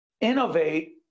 innovate